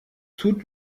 tut